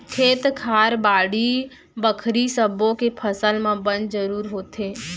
खेत खार, बाड़ी बखरी सब्बो के फसल म बन जरूर होथे